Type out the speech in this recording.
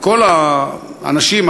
מכל האנשים,